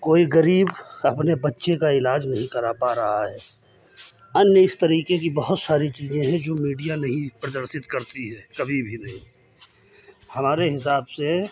कोई गरीब अपने बच्चे का इलाज नहीं करा पा रहा है अन्य इस तरह की बहुत सारी चीज़ें हैं जो मीडिया नहीं प्रदर्शित करती है कभी भी नहीं हमारे हिसाब से